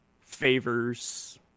favors